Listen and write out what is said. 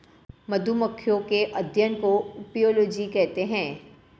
मधुमक्खियों के अध्ययन को अपियोलोजी कहते हैं